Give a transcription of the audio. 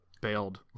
bailed